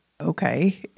Okay